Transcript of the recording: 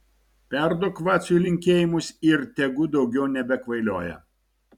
perduok vaciui linkėjimus ir tegu daugiau nebekvailioja